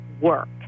work